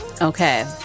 Okay